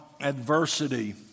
adversity